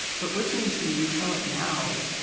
but listening to you retell it now,